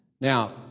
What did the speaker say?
Now